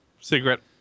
cigarette